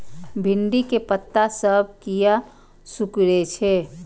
भिंडी के पत्ता सब किया सुकूरे छे?